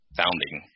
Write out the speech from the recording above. founding